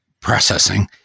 processing